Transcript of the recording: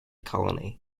colony